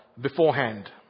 beforehand